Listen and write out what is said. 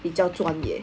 比较专业